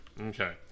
Okay